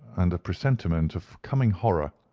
and a presentiment of coming horror,